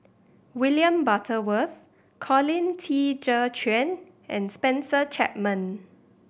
William Butterworth Colin Qi Zhe Quan and Spencer Chapman